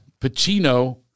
Pacino